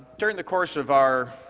during the course of our